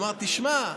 אמר: תשמע,